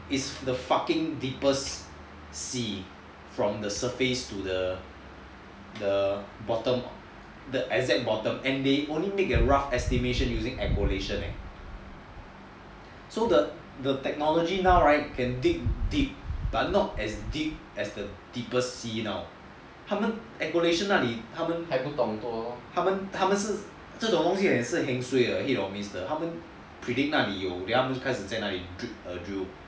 is the fucking peoples' sea from the surface to the bottom the exact bottom and they only make a rough estimation using accolation leh so the technology now right and deep deep are not as deep as the deepest sea now 他们 accolation 那里他们还不懂他们这种东西也是 heng suay 的他们那里有 then drill